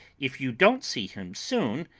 if you don't see him soon,